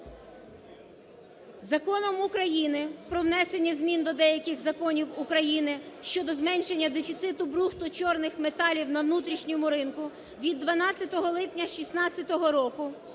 Законом України про внесення змін до деяких законів України щодо зменшення дефіциту брухту чорних металів на внутрішньому ринку від 12 липня 2016 року